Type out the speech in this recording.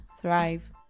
Thrive